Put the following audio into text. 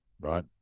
right